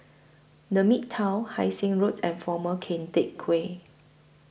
The Midtown Hai Sing Road and Former Keng Teck Whay